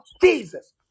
Jesus